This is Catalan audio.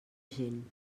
gent